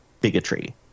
bigotry